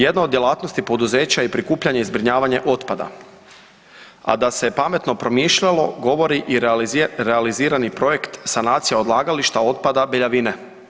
Jedna od djelatnosti poduzeća je prikupljanje i zbrinjavanje otpada, a da se pametno promišljalo, govori i realizirani projekt sanacija odlagališta otpada Beljavine.